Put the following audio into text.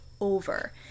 over